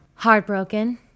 Heartbroken